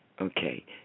Okay